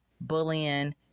bullying